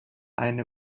eine